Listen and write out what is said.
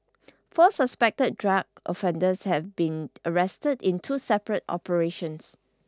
four suspected drug offenders have been arrested in two separate operations